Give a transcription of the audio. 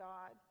God